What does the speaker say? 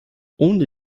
ohne